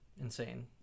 insane